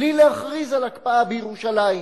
בלי להכריז על הקפאה בירושלים.